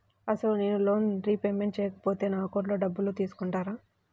అసలు నేనూ loan repayment చేయకపోతే నా అకౌంట్లో డబ్బులు తీసుకుంటారా?